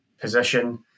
position